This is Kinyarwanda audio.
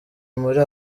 muri